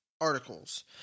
articles